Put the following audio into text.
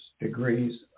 degrees